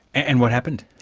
and what happened?